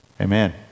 Amen